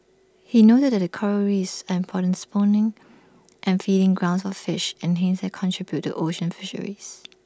he noted that Coral reefs and important spawning and feeding grounds for fish and hence they contribute to ocean fisheries